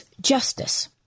justice